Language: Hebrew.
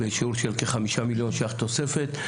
בשיעור של כחמישה מיליון ₪ תוספת.